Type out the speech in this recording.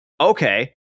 okay